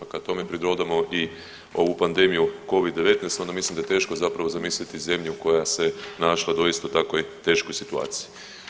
Kad tome pridodamo i ovu pandemiju covid-19 onda mislim da je teško zapravo zamisliti zemlju koja se našla u doista tako teškoj situaciji.